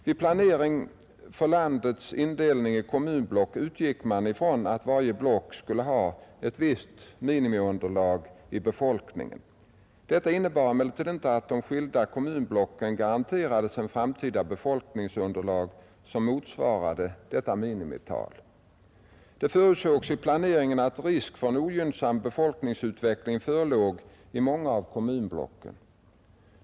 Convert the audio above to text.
Vid planeringen för landets indelning i kommunblock utgick man ifrån att varje block skulle ha ett visst minimiunderlag i befolkning. Detta innebar emellertid inte att de skilda kommunblocken garanterades ett framtida befolkningsunderlag som motsvarade detta minimital. Det förutsågs i planeringen att risk för en ogynnsam befolkningsutveckling förelåg i många av kommunblocken.